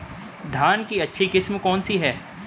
धान की अच्छी किस्म कौन सी है?